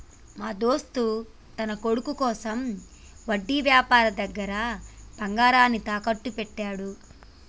మా దోస్త్ తన కొడుకు కోసం వడ్డీ వ్యాపారి దగ్గర బంగారాన్ని తాకట్టు పెట్టాడు